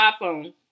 iPhone